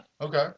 okay